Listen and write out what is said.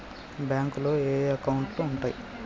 బ్యాంకులో ఏయే అకౌంట్లు ఉంటయ్?